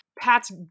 pats